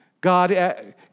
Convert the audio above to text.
God